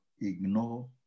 ignore